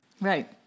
Right